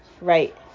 right